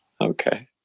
Okay